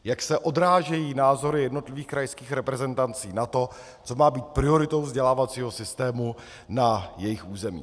Jak se odrážejí názory jednotlivých krajských reprezentací na to, co má být prioritou vzdělávacího systému na jejich území.